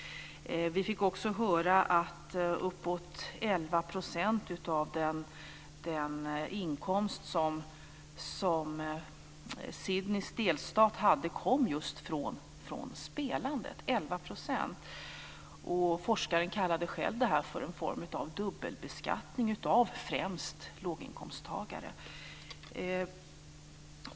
Vi fick också höra att uppåt 11 % av Sydneys delstats inkomst kommer just från spelandet. Forskaren kallade själv detta för en form av dubbelbeskattning av främst låginkomsttagare.